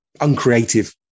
uncreative